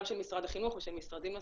גם של משרד החינוך ושל משרדים נוספים,